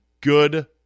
good